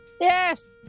yes